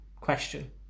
question